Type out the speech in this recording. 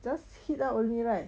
just heat up only right